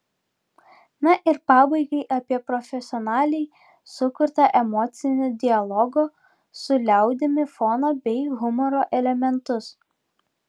na ir pabaigai apie profesionaliai sukurtą emocinį dialogo su liaudimi foną bei humoro elementus